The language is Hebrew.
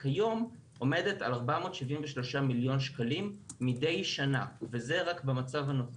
כיום עומדת על 473 מיליון שקלים מדי שנה וזה רק במצב הנוכחי,